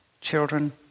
Children